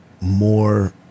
more